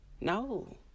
No